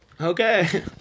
Okay